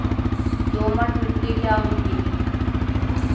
दोमट मिट्टी क्या होती हैं?